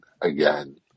again